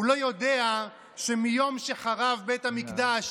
הוא לא יודע שמיום שחרב בית המקדש,